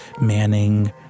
manning